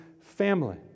family